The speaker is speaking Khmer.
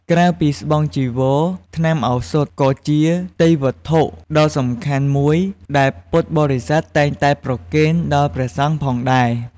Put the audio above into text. ក្រៅពីស្បង់ ចីវរ ថ្នាំឱសថ ក៏ជាទេយ្យវត្ថុដ៏សំខាន់មួយដែលពុទ្ធបរិស័ទតែងតែប្រគេនដល់ព្រះសង្ឃផងដែរ។